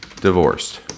divorced